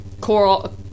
Coral